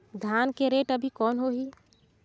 धान के रेट अभी कौन होही?